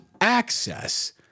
access